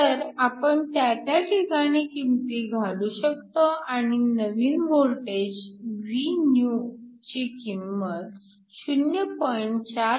तर आपण त्या त्या ठिकाणी किमती घालू शकतो आणि नवीन वोल्टेज Vnewची किंमत 0